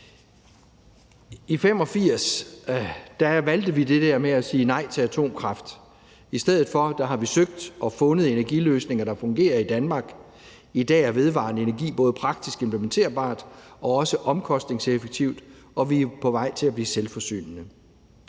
I 1985 valgte vi at sige nej til atomkraft. I stedet for har vi søgt og fundet energiløsninger, der fungerer i Danmark. I dag er vedvarende energi både praktisk implementerbart og også omkostningseffektivt, og vi er på vej til at blive selvforsynende.